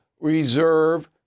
reserve